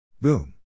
Boom